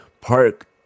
park